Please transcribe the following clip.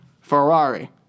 Ferrari